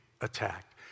attacked